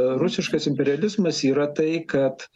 rusiškas imperializmas yra tai kad